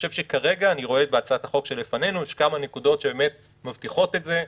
כרגע אני רואה בהצעת החוק שלפנינו שיש כמה נקודות שמבטיחות את זה,